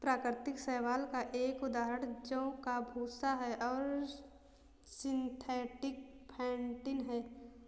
प्राकृतिक शैवाल का एक उदाहरण जौ का भूसा है और सिंथेटिक फेंटिन है